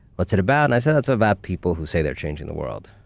what's it about? and i said, it's about people who say they're changing the world.